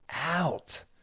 out